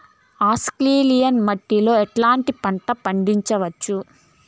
Alkaline మట్టి లో ఎట్లాంటి పంట పండించవచ్చు,?